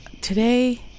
Today